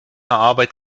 arbeit